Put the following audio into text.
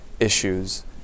issues